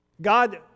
God